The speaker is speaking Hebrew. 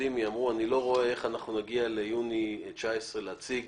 אופטימי אני לא רואה איך אנחנו נגיע ליוני 2019 להציג